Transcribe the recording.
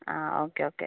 ആ okay okay